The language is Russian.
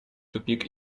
тупик